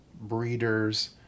breeders